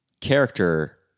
character